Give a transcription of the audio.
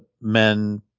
men